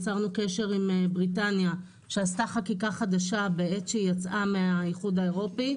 יצרנו קשר עם בריטניה שעשתה חקיקה חדשה בעת שהיא יצאה מאיחוד האירופי,